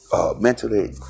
mentally